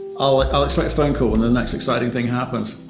i'll ah i'll expect a phone call when the next exciting thing happens.